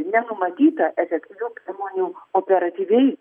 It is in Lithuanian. nenumatyta efektyvių priemonių operatyviai